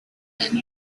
and